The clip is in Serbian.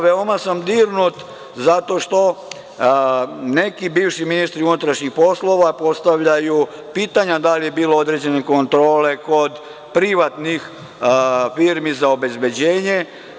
Veoma sam dirnut zato što neki bivši ministri unutrašnjih poslova postavljaju pitanja da li je bilo određene kontrole kod privatnih firmi za obezbeđenje.